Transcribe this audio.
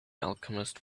alchemist